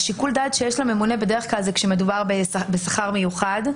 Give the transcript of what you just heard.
שיקול הדעת שיש לממונה הוא בדרך כלל כשמדובר בשכר מיוחד.